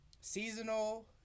seasonal